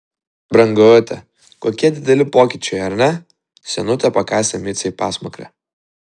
brangute kokie dideli pokyčiai ar ne senutė pakasė micei pasmakrę